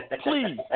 please